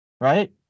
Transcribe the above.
Right